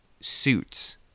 Suits